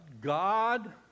God